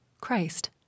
Christ